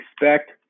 expect